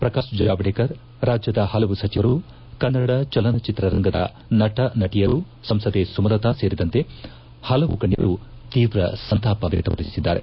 ಪ್ರಕಾಶ್ ಜಾವಡೇಕರ್ ರಾಜ್ನದ ಪಲವು ಸಚಿವರು ಕನ್ನಡ ಚಲನಚಿತ್ರ ರಂಗದ ನಟ ನಟಿಯರು ಸಂಸದೆ ಸುಮಲತಾ ಸೇರಿದಂತೆ ಪಲವು ಗಣ್ಣರು ತೀವ್ರ ಸಂತಾಪ ವ್ಯಕ್ತಪಡಿಸಿದ್ದಾರೆ